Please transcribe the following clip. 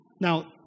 Now